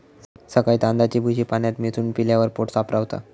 सकाळी तांदळाची भूसी पाण्यात मिसळून पिल्यावर पोट साफ रवता